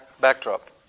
backdrop